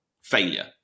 failure